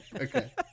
okay